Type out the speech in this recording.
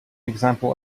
example